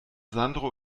sandro